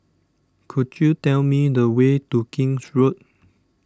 could you tell me the way to King's Road